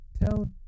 Tell